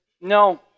no